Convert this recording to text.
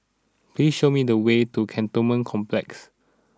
please show me the way to Cantonment Complex